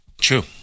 true